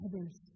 others